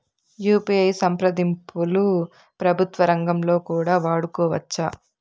UPI సంప్రదింపులు ప్రభుత్వ రంగంలో కూడా వాడుకోవచ్చా?